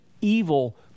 evil